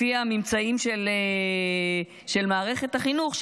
לפי הממצאים של מערכת החינוך,